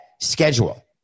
schedule